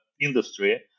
industry